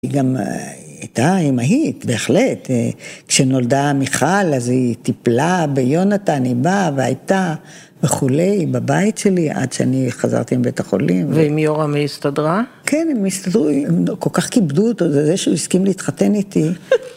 היא גם הייתה אמהית, בהחלט. כשנולדה מיכל, אז היא טיפלה ביונתן, היא באה והייתה, וכולי, בבית שלי, עד שאני חזרתי מבית החולים. ועם יורם ההיא הסתדרה? כן, הם הסתדרו, הם כל כך כיבדו אותו, זה שהוא הסכים להתחתן איתי